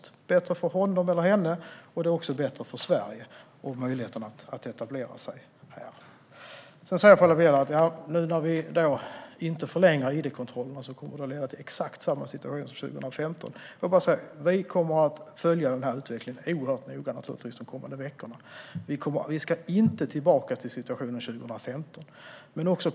Det är bättre för honom eller henne, och det är bättre för Sverige och för möjligheten att etablera sig här. Paula Bieler sa att när vi nu inte förlänger id-kontrollerna kommer det att leda till exakt samma situation som 2015. Vi kommer att följa utvecklingen oerhört noga de kommande veckorna. Vi ska inte tillbaka till 2015 års situation.